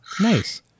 Nice